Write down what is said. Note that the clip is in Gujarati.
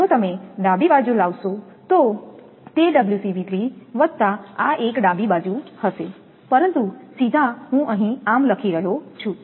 જો તમે ડાબી બાજુ લાવશો તો તે વત્તા આ એક ડાબી બાજુ હશે પરંતુ સીધા હું અહીં આમ લખી રહ્યો છું